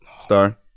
Star